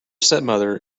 stepmother